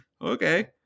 okay